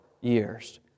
years